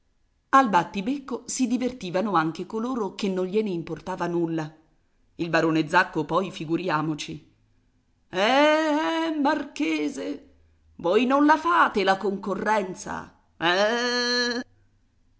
al battibecco si divertivano anche coloro che non gliene importava nulla il barone zacco poi figuriamoci eh eh marchese voi non la fate la concorrenza eh eh